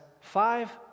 five